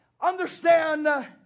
Understand